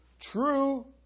True